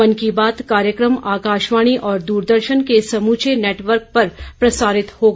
मन की बात कार्यक्रम आकाशवाणी और दूरदर्शन के समूचे नैटवर्क पर प्रसारित होगा